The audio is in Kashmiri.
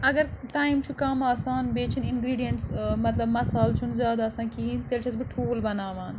اگر ٹایم چھُ کَم آسان بیٚیہِ چھِنہٕ اِنگرٛیٖڈِیَنٛٹٕس ٲں مطلب مصالہٕ چھُنہٕ زیادٕ آسان کِہیٖنۍ تیٚلہِ چھَس بہٕ ٹھوٗل بَناوان